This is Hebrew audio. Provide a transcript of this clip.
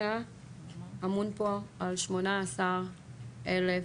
אתה אמון פה על 18,000 אנשים,